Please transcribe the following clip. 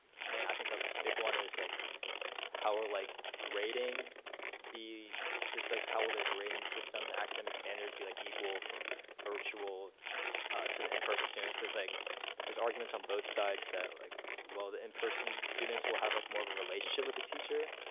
i think a big one is, like how are like grading be like how will the grading systems and academic standards be like, equal from virtual to the in-person students? cause like there's arguments on both sides that, like well the in-person students will have like more of a relationship with the teacher,